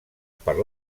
per